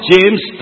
James